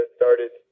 started